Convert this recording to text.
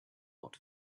not